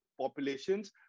populations